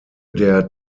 der